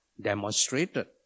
demonstrated